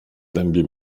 dębie